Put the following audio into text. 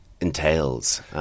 entails